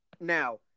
Now